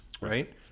right